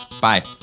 Bye